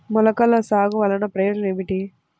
మొలకల సాగు వలన ప్రయోజనం ఏమిటీ?